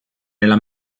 nella